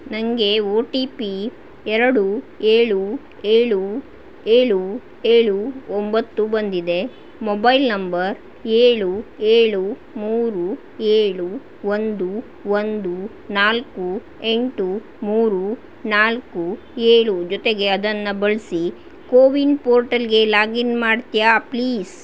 ನನಗೆ O T P ಎರಡು ಏಳು ಏಳು ಏಳು ಏಳು ಒಂಬತ್ತು ಬಂದಿದೆ ಮೊಬೈಲ್ ನಂಬರ್ ಏಳು ಏಳು ಮೂರು ಏಳು ಒಂದು ಒಂದು ನಾಲ್ಕು ಎಂಟು ಮೂರು ನಾಲ್ಕು ಏಳು ಜೊತೆಗೆ ಅದನ್ನು ಬಳಸಿ ಕೋವಿನ್ ಪೋರ್ಟಲ್ಗೆ ಲಾಗಿನ್ ಮಾಡ್ತೀಯಾ ಪ್ಲೀಸ್